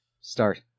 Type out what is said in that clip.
Start